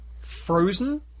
frozen